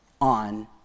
on